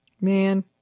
Man